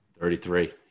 Thirty-three